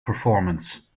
performance